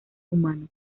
humanos